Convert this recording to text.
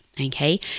Okay